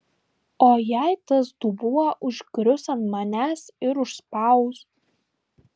o jei tas dubuo užgrius ant manęs ir užspaus